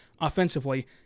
offensively